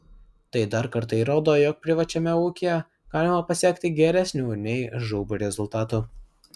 tai dar kartą įrodo jog privačiame ūkyje galima pasiekti geresnių nei žūb rezultatų